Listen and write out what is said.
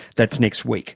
that's next week